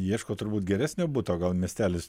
ieško turbūt geresnio buto gal miestelis